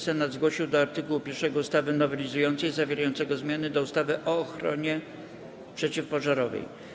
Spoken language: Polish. Senat zgłosił do art. 1 ustawy nowelizującej zawierającego zmiany w ustawie o ochronie przeciwpożarowej.